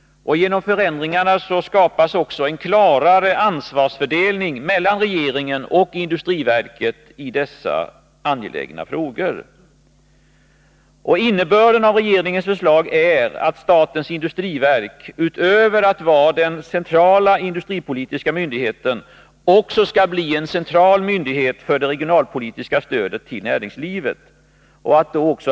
Genom förändringarna skapas också en klarare ansvarsfördelning mellan regeringen och industriverket i dessa angelägna frågor. Innebörden av regeringens förslag är att statens industriverk, utöver att vara den centrala industripolitiska myndigheten, också skall bli en central myndighet för det regionalpolitiska stödet till näringslivet.